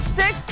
six